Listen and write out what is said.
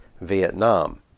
Vietnam